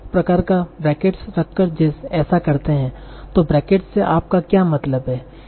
अब हम एक प्रकार का बैकट्रेस रखकर ऐसा करते हैं तो बैकट्रेस से आप का क्या मतलब है